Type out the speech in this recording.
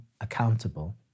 accountable